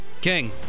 King